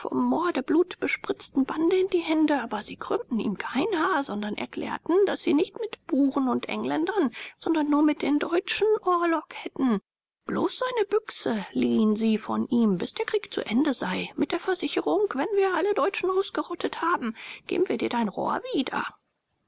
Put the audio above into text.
morde blutbespritzten bande in die hände aber sie krümmten ihm kein haar sondern erklärten daß sie nicht mit buren und engländern sondern nur mit den deutschen orlog hätten bloß seine büchse liehen sie von ihm bis der krieg zu ende sei mit der versicherung wenn wir alle deutschen ausgerottet haben geben wir dir dein rohr wieder